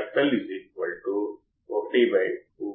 అప్పుడే చూసాము అది open loop gain feedback వర్తించనప్పుడు ఆప్ ఆంప్ వోల్టేజ్ గైన్ కలిగి ఉంది అందుకే ఓపెన్ లూప్ అంటే ఫీడ్ బ్యాక్ వర్తించదు